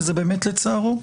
וזה באמת לצערו.